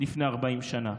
לפני 40 שנה?